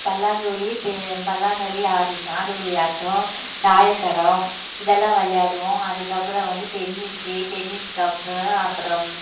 பல்லாங்குழி பல்லாங்குழி ஆடுபுலி ஆட்டம் தாயக்கரம் இதெல்லாம் விளையாடுவோம் அதுக்கப்புறம் வந்து டென்னிஸு டென்னிஸுக்கு அப்றம் அப்புறம்